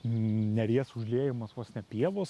neries užliejamos vos ne pievos